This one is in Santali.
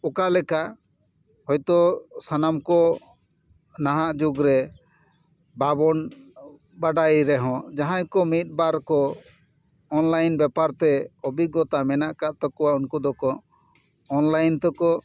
ᱚᱠᱟ ᱞᱮᱠᱟ ᱦᱳᱭ ᱛᱚ ᱥᱟᱱᱟᱢ ᱠᱚ ᱱᱟᱦᱟᱜ ᱡᱩᱜᱽ ᱨᱮ ᱵᱟᱵᱚᱱ ᱵᱟᱰᱟᱭ ᱨᱮᱦᱚᱸ ᱡᱟᱦᱟᱸᱭ ᱠᱚ ᱢᱤᱫ ᱵᱟᱨ ᱠᱚ ᱚᱱᱞᱟᱭᱤᱱ ᱵᱮᱯᱟᱨ ᱛᱮ ᱚᱵᱷᱤᱜᱽᱜᱚᱛᱟ ᱢᱮᱱᱟᱜ ᱟᱠᱟᱫ ᱛᱟᱠᱚᱣᱟ ᱩᱱᱠᱩ ᱫᱚᱠᱚ ᱚᱱᱞᱟᱭᱤᱱ ᱛᱮ ᱠᱚ